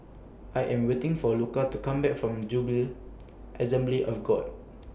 I Am waiting For Luca to Come Back from Jubilee Assembly of God